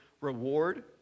reward